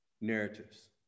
Narratives